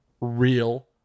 real